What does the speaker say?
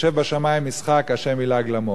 "יושב בשמים ישחק, ה' ילעג למו".